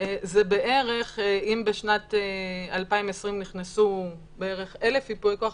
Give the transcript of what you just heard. אם בשנת 2020 נכנסו בערך 1,000 ייפויי כוח,